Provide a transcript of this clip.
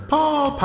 Paul